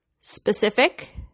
specific